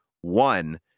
one